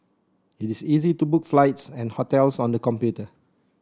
it is easy to book flights and hotels on the computer